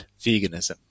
veganism